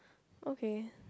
okay